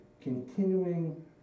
continuing